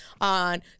on